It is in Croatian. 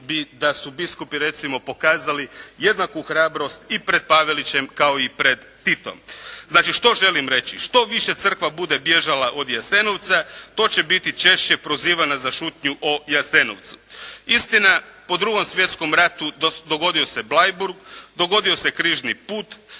da su biskupi recimo pokazali jednaku hrabrost i pred Pavelićem kao i pred Titom. Znači što želim reći? Što više crkva bude bježala od Jasenovca to će biti češće prozivana za šutnju o Jasenovcu. Istina po Drugom svjetskom ratu dogodio se Bleiburg, dogodio se križni put.